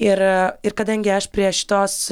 ir ir kadangi aš prie šitos